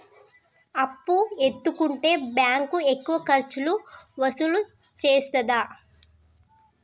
అప్పు ఎత్తుకుంటే బ్యాంకు ఎక్కువ ఖర్చులు వసూలు చేత్తదా?